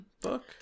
book